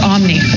Omni